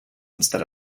instead